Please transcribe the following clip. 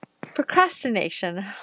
Procrastination